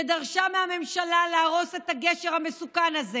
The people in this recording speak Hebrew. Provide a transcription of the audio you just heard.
שדרשה מהממשלה להרוס את הגשר המסוכן הזה